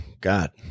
God